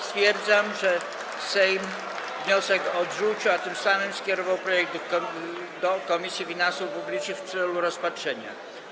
Stwierdzam, że Sejm wniosek odrzucił, a tym samym skierował projekt do Komisji Finansów Publicznych w celu rozpatrzenia.